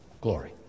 glory